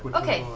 but okay.